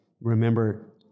Remember